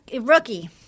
rookie